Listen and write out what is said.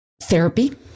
therapy